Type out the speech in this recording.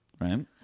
right